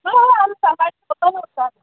हय हय आमी सकाळची ऑपन उरता